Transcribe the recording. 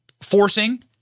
forcing